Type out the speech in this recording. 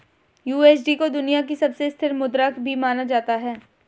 USD को दुनिया की सबसे स्थिर मुद्रा भी माना जाता है